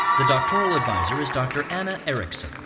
the doctoral advisor is dr. anna erickson.